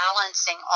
balancing